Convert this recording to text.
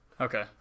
Okay